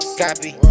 copy